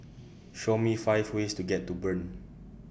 Show Me five ways to get to Bern